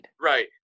Right